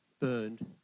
burned